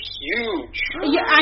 huge